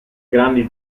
grandi